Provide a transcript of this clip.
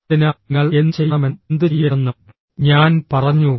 അതിനാൽ നിങ്ങൾ എന്തുചെയ്യണമെന്നും എന്തുചെയ്യരുതെന്നും ഞാൻ പറഞ്ഞു